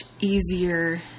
easier